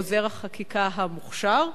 עוזר החקיקה המוכשר,